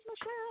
Michelle